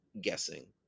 guessing